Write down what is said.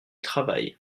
travail